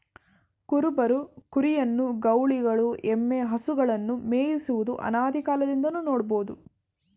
ಕುರುಬರು ಕುರಿಯನ್ನು, ಗೌಳಿಗಳು ಎಮ್ಮೆ, ಹಸುಗಳನ್ನು ಮೇಯಿಸುವುದು ಅನಾದಿಕಾಲದಿಂದಲೂ ನೋಡ್ಬೋದು